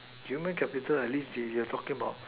human capital at least they you talking about